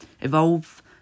evolve